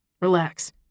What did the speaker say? relax